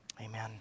Amen